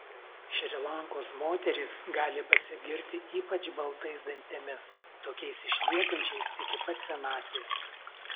šri lankos moterys gali pasigirti ypač baltais dantimis tokiais išliekančiais iki pat senatvės